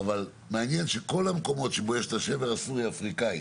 מעניין שכל המקומות שבו יש את השבר הסורי אפריקאי,